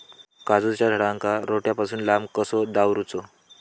काजूच्या झाडांका रोट्या पासून लांब कसो दवरूचो?